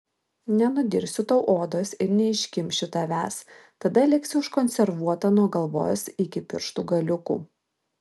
nenudirsiu tau odos ir neiškimšiu tavęs tada liksi užkonservuota nuo galvos iki pirštų galiukų